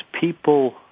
people